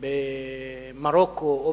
במרוקו או בצרפת,